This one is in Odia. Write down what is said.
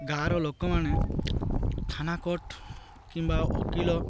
ଗାଁର ଲୋକମାନେ ଥାନା କୋର୍ଟ୍ କିମ୍ବା ଓକିଲ